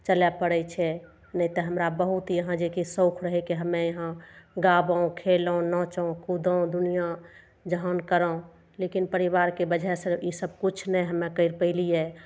चलय पड़य छै नहि तऽ हमरा बहुत यहाँ जे कि साओख रहय की हम्मे यहाँ गाबौ खेलौं नाचौ कूदौ दुनिआ जहान करौ लेकिन परिवारके वजहसँ इसब किछु नहि हम्मे करि पैलियै